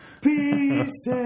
Pieces